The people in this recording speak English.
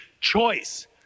choice